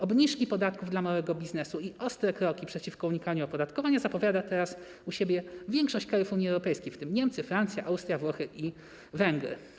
Obniżki podatków dla małego biznesu i ostre kroki przeciwko unikaniu opodatkowania zapowiada teraz u siebie większość krajów Unii Europejskiej, w tym Niemcy, Francja, Austria, Włochy i Węgry.